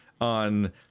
on